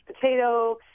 potato